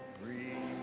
breathe